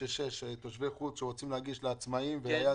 אבל השר תמיד יכול להגיד: רבותיי,